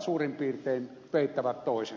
suurin piirtein peittävät toisensa